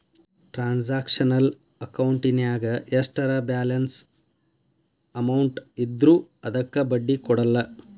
transactional ಅಕೌಂಟಿನ್ಯಾಗ ಎಷ್ಟರ balance amount ಇದ್ರೂ ಅದಕ್ಕ ಬಡ್ಡಿ ಕೊಡಲ್ಲ